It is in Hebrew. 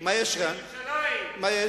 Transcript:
בירושלים,